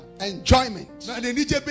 Enjoyment